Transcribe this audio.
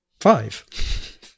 Five